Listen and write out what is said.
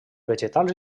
vegetals